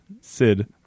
Sid